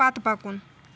پتہٕ پکُن